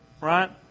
Right